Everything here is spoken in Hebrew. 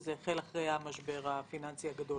שזה החל אחרי המשבר הפיננסי הגדול